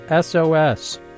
SOS